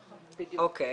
אוקיי,